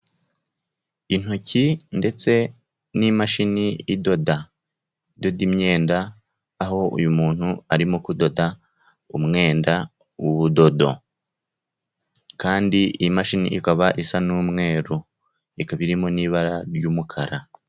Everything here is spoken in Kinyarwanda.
Intoki ndetse n'imashini idoda idoda imyenda, aho uyu muntu arimo kudoda umwenda ubudodo, kandi iyi mashini ikaba isa n'umweru ikaba irimo n'ibara ry'umukara.